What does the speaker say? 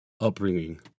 upbringing